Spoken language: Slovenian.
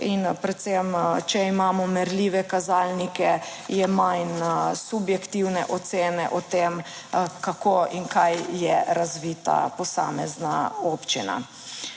In predvsem, če imamo merljive kazalnike, je manj subjektivne ocene o tem, kako in kaj je razvita posamezna občina.